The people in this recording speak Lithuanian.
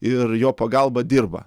ir jo pagalba dirba